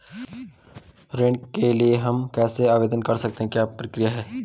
ऋण के लिए हम कैसे आवेदन कर सकते हैं क्या प्रक्रिया है?